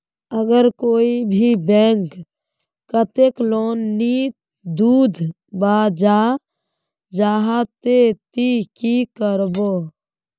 अगर कोई भी बैंक कतेक लोन नी दूध बा चाँ जाहा ते ती की करबो?